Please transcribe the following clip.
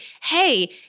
hey